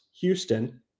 Houston